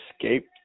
escape